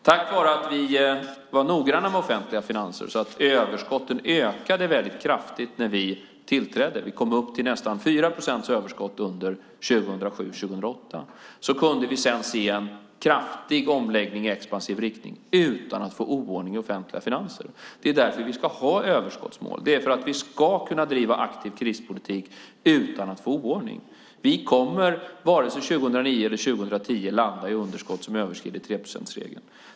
Tack vare att vi var noggranna med offentliga finanser så att överskotten ökade kraftigt när vi tillträdde - vi kom upp till nästan 4 procents överskott under 2007 och 2008 - kunde vi sedan se en kraftig omläggning i expansiv riktning utan att få oordning i offentliga finanser. Det är därför vi ska ha överskottsmål. Det är för att vi ska kunna driva aktiv krispolitik utan att få oordning. Vi kommer inte vare sig 2009 eller 2010 att landa i underskott som överskrider 3-procentsregeln.